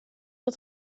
dat